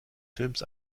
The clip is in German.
films